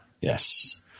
Yes